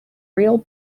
real